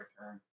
return